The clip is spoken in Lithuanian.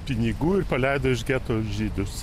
pinigų ir paleido iš geto žydus